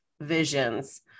visions